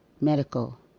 Medical